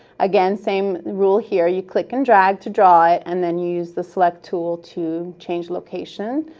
again, same rule here you click and drag to draw it, and then you use the select tool to change location.